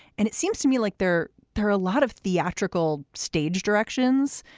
and it seems to me like there there are a lot of theatrical stage directions,